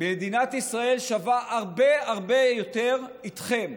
מדינת ישראל שווה הרבה הרבה יותר איתכם.